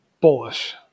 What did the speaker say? Bullish